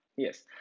Yes